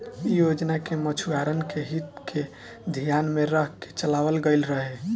इ योजना के मछुआरन के हित के धियान में रख के चलावल गईल रहे